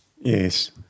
Yes